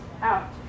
out